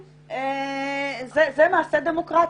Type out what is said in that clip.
זה מעשה דמוקרטי?